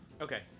Okay